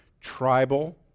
tribal